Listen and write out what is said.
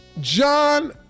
John